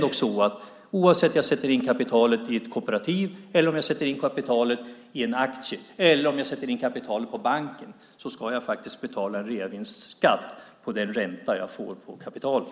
Oavsett om jag sätter in kapitalet i ett kooperativ, i aktier eller på bank ska jag betala reavinstskatt på den ränta jag får på kapitalet.